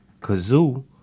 kazoo